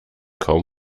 kaum